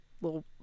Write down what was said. little